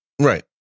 Right